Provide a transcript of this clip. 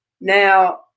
Now